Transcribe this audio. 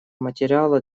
материала